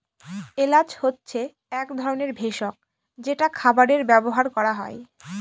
এলাচ হচ্ছে এক ধরনের ভেষজ যেটা খাবারে ব্যবহার করা হয়